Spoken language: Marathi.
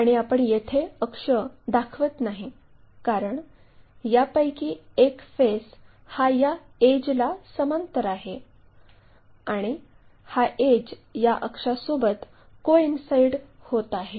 आणि आपण येथे अक्ष दाखवत नाही कारण यापैकी एक फेस हा या एड्जला समांतर आहे आणि हा एड्ज या अक्षासोबत कोइन्साईड होत आहे